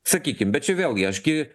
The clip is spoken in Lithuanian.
sakykim bet čia vėlgi aš gi